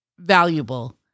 valuable